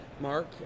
Mark